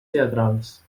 teatrals